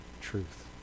truth